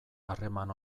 harreman